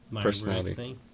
personality